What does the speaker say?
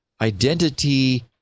identity